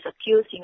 accusing